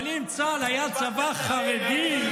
אבל אם צה"ל היה צבא חרדי,